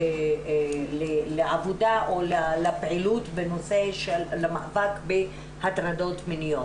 לעבודה או לפעילות בנושא של המאבק בהטרדות מיניות.